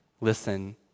listen